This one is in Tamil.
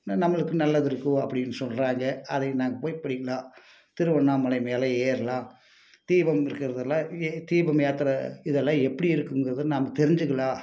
ஏன்னா நம்மளுக்கு நல்லது இருக்குது அப்படின்னு சொல்கிறாங்க அதையும் நாங்கள் போய் பிடிக்கலாம் திருவண்ணாமலை மேலே ஏறுலாம் தீபம் இருக்கிறதுலாம் இங்கே தீபம் ஏத்தற இதெல்லாம் எப்படி இருக்குங்கிறத நாம தெரிஞ்சிக்கலாம்